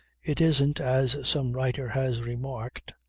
it isn't, as some writer has remarked,